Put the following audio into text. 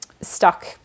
stuck